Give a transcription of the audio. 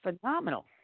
phenomenal